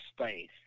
space